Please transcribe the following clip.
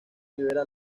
libera